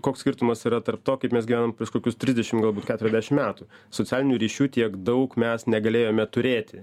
koks skirtumas yra tarp to kaip mes gyvenom prieš kokius trisdešim galbūt keturiasdešim metų socialinių ryšių tiek daug mes negalėjome turėti